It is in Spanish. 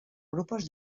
grupos